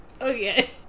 okay